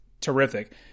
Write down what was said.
terrific